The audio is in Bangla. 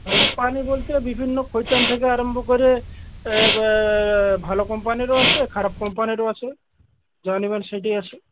কোম্পানি বলতে বিভিন্ন খৈতান থেকে আরম্ভ করে বা ভালো কোম্পানিরও আছে খারাপ কম্পানিরও আছে যা নিবেন সেইটাই আছে